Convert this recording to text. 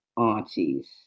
Aunties